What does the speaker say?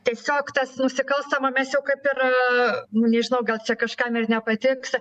tiesiog tas nusikalstama mes jau kaip ir nu nežinau gal čia kažkam ir nepatiks